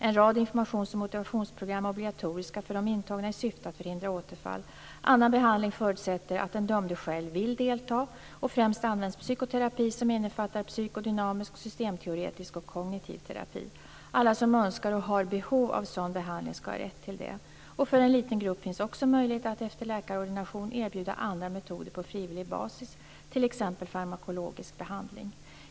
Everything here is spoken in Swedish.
En rad informations och motivationsprogram är obligatoriska för de intagna, i syfte att förhindra återfall. Annan behandling förutsätter att den dömde själv vill delta. Främst används psykoterapi som innefattar psykodynamisk, systemteoretisk och kognitiv terapi. Alla som önskar och har behov av sådan behandling skall ha rätt till det. För en liten grupp finns också möjlighet att, efter läkarordination, erbjuda andra metoder på frivillig basis, t.ex. farmakologisk behandling.